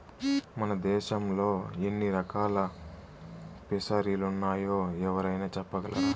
మన దేశంలో ఎన్ని రకాల ఫిసరీలున్నాయో ఎవరైనా చెప్పగలరా